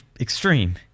extreme